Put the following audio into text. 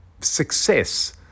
success